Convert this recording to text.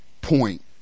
point